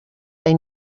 they